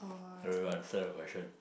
uh answer your question